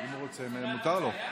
אם הוא רוצה, מותר לו.